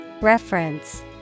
Reference